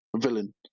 villain